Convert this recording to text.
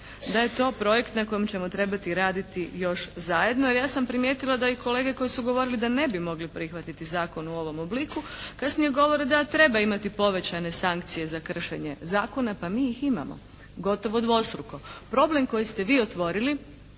je to projekt na kojem ćemo trebati raditi još zajedno jer ja sam primijetila da i kolege koji su govorili da ne bi mogli prihvatiti zakon u ovom obliku kasnije govore da treba imati povećane sankcije za kršenje zakona. Pa mi ih imamo, gotovo dvostruko. Problem koji ste vi otvorili,